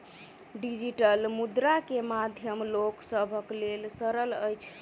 digital मुद्रा के माध्यम लोक सभक लेल सरल अछि